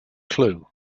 clue